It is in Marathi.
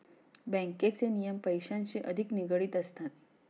बँकेचे नियम पैशांशी अधिक निगडित असतात